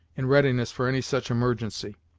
in readiness for any such emergency.